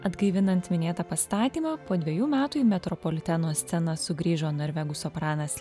atgaivinant minėtą pastatymą po dvejų metų į metropoliteno sceną sugrįžo norvegų sopranas